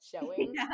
showing